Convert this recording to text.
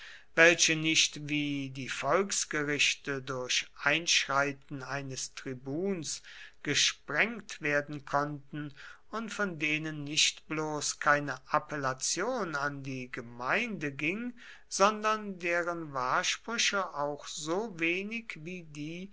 welche nicht wie die volksgerichte durch einschreiten eines tribuns gesprengt werden konnten und von denen nicht bloß keine appellation an die gemeinde ging sondern deren wahrsprüche auch so wenig wie die